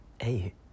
hey